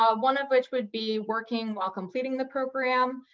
ah one but would be working while completing the program,